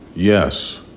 Yes